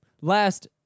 Last